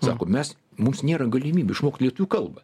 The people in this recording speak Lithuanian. sako mes mums nėra galimybių išmokti lietuvių kalbą